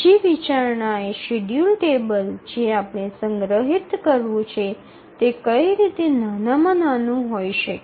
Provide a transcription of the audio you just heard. બીજી વિચારણા એ શેડ્યૂલ ટેબલ જે આપણે સંગ્રહિત કરવું છે તે કઈ રીતે નાનામાં નાનું હોઈ શકે